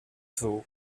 through